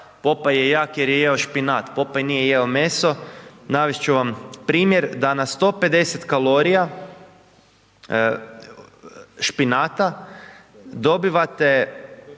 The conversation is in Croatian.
Popaj je jak jer je jeo špinat, Popaj nije jeo meso. Navest ću vam primjer da na 150 kalorija špinata, dobivate,